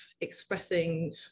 expressing